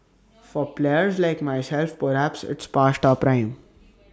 for players like myself perhaps it's past our prime